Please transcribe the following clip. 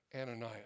Ananias